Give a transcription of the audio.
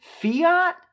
fiat